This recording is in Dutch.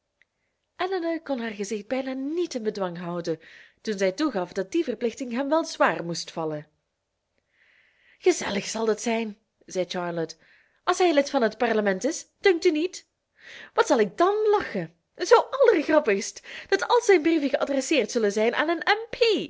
kon haar gezicht bijna niet in bedwang houden toen zij toegaf dat die verplichting hem wel zwaar moest vallen gezellig zal dat zijn zei charlotte als hij lid van het parlement is dunkt u niet wat zal ik dàn lachen zoo aller grappigst dat al zijn brieven geadresseerd zullen zijn aan een